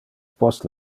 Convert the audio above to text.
post